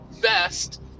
best